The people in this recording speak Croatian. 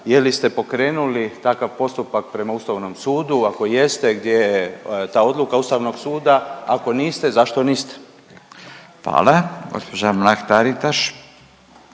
je li ste pokrenuli takav postupak prema Ustavnom sudu, ako jeste gdje je ta odluka Ustavnog suda, ako niste zašto niste. **Radin, Furio